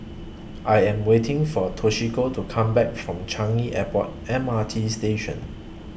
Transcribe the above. I Am waiting For Toshiko to Come Back from Changi Airport M R T Station